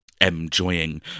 enjoying